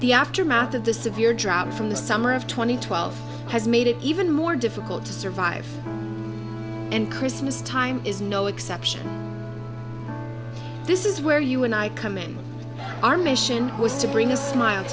the aftermath of the severe drought from the summer of two thousand and twelve has made it even more difficult to survive and christmas time is no exception this is where you and i come in our mission was to bring a smile